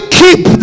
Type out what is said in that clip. keep